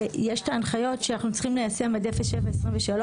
יש ההנחיות שאנו צריכים ליישם עד 7.23,